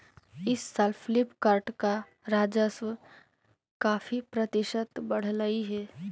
इस साल फ्लिपकार्ट का राजस्व काफी प्रतिशत बढ़लई हे